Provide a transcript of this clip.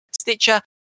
Stitcher